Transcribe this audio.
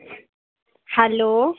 hello